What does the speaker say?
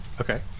Okay